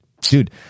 Dude